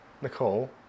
Nicole